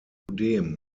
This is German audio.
zudem